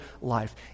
life